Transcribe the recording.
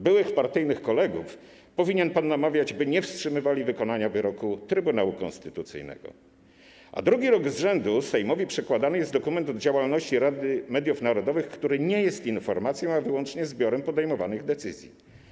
Byłych partyjnych kolegów powinien pan namawiać, by nie wstrzymywali wykonania wyroku Trybunału Konstytucyjnego, a drugi rok z rzędu Sejmowi przedkładany jest dokument o działalności Rady Mediów Narodowych, który nie jest informacją, ale wyłącznie zbiorem podejmowanych decyzji.